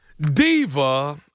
Diva